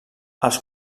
els